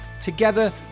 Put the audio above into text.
Together